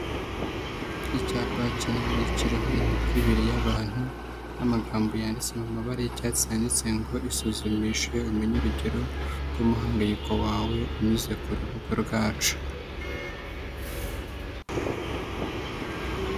Icyapa kinini kiriho imitwe ibiri y'abantu n'amagambo yanditse mu mababara y'icyatsi yanditse ngo isuzumishe umenye urugero rw'umuhangayiko wawe unyuze ku rubuga rwacu.